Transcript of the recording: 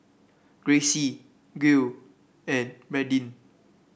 Gracie Gil and Bradyn